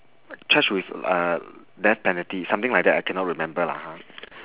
charged with uh death penalty something like that I cannot remember lah ha